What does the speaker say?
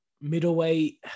Middleweight